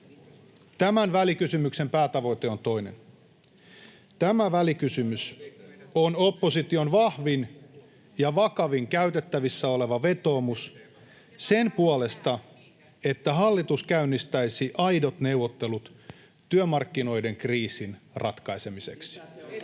Tämän välikysymyksen päätavoite on toinen. Tämä välikysymys on opposition vahvin ja vakavin käytettävissä oleva vetoomus sen puolesta, että hallitus käynnistäisi aidot neuvottelut työmarkkinoiden kriisin ratkaisemiseksi.